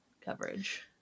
coverage